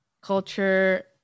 culture